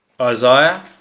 Isaiah